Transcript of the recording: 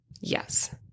Yes